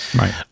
right